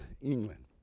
England